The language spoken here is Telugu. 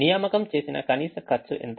నియామకం చేసిన కనీస ఖర్చు ఎంత